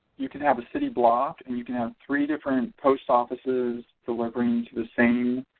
you can have a city block and you can have three different post offices delivering to the same